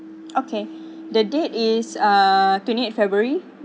okay the date is uh twenty eight february